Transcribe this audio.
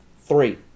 three